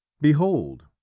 Behold